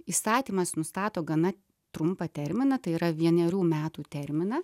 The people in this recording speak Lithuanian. įstatymas nustato gana trumpą terminą tai yra vienerių metų terminą